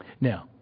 Now